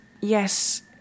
yes